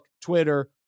Twitter